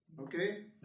Okay